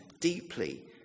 deeply